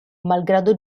malgrado